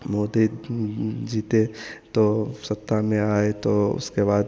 मोदी जीते तो सत्ता में आए तो उसके बाद